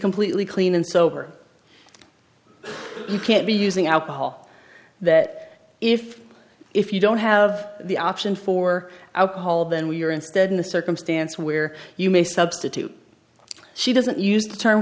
completely clean and sober you can't be using alcohol that if if you don't have the option for outhaul then we are instead in a circumstance where you may substitute she doesn't use the term